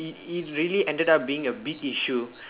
it it really ended up being a big issue